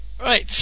Right